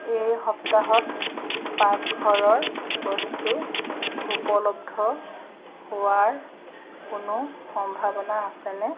এই সপ্তাহত পাকঘৰৰ বস্তু উপলব্ধ হোৱাৰ কোনো সম্ভাৱনা আছেনে